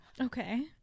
Okay